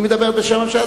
היא מדברת בשם הממשלה.